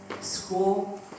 school